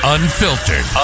Unfiltered